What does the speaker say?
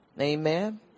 Amen